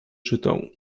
czytał